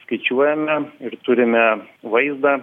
skaičiuojame ir turime vaizdą